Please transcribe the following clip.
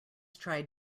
tried